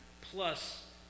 plus